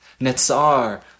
Netzar